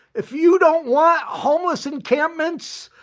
if you don't want homeless encampments,